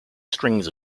strings